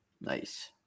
nice